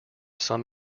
some